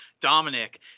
Dominic